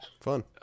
fun